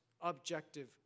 objective